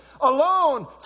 alone